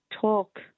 talk